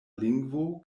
lingvo